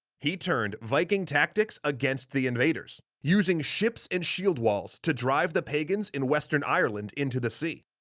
he turned viking tactics against the invaders, using ships and shield walls to drive the pagans in western ireland into the sea.